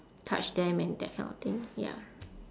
touch them and that kind of thing ya